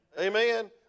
amen